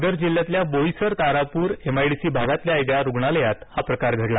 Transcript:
पालघर जिल्ह्यातल्या बोईसर ताराप्र एमआयडीसी भागातल्या एका रुग्णालयात हा प्रकार घडला